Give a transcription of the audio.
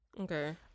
Okay